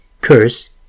curse